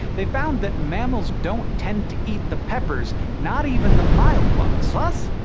they've found that mammals don't tend to eat the peppers not even the mild ones. plus,